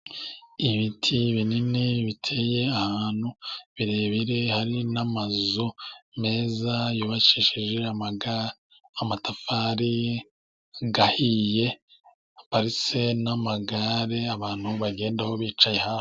Ibiti binini biteye ahantu birebire, hari n'amazu meza yubakishije amatafari ahiye, haparitse n'amagare abantu bagendaho bicaye hafi.